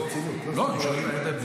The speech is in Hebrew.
ברצינות,